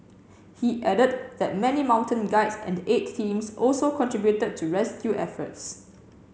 he added that many mountain guides and aid teams also contributed to rescue efforts